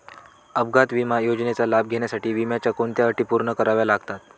अपघात विमा योजनेचा लाभ घेण्यासाठी विम्याच्या कोणत्या अटी पूर्ण कराव्या लागतात?